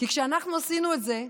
כי כשאנחנו עשינו את זה,